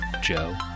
Joe